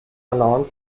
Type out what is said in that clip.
alleine